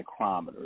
micrometers